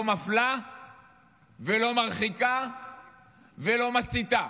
לא מפלה ולא מרחיקה ולא מסיתה.